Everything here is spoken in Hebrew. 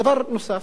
דבר נוסף,